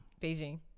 Beijing